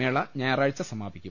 മേള ഞായറാഴ്ച സമാപിക്കും